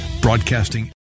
broadcasting